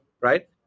right